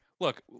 Look